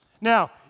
Now